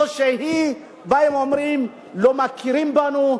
זה שהם באים ואומרים: לא מכירים בנו,